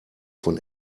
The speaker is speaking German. von